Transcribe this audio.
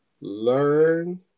Learn